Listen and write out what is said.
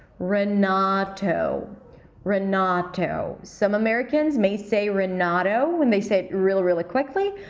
renato renato some americans may say renato when they say it really, really quickly,